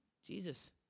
Jesus